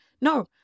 no